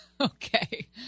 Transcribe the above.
Okay